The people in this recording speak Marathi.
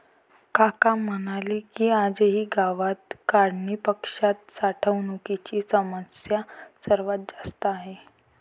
काका म्हणाले की, आजही गावात काढणीपश्चात साठवणुकीची समस्या सर्वात जास्त आहे